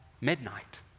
midnight